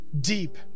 Deep